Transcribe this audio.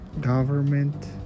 Government